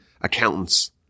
accountants